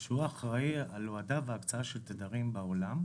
שהוא האחראי על הורדה והקצאה של תדרים בעולם,